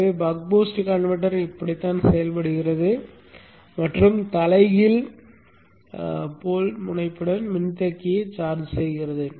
எனவே buck boost converter இப்படித்தான் செயல்படுகிறது மற்றும் தலைகீழ் போல்முனைப்புடன் மின்தேக்கியை சார்ஜ் செய்கிறது